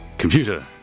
Computer